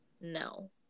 no